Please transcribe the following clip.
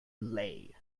lay